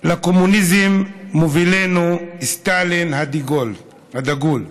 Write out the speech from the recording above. "לקומוניזם מובילנו סטלין הדגול".